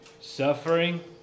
suffering